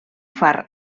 far